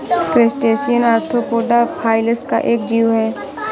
crustacean Arthropoda phylum का एक जीव है